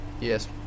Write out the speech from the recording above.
Yes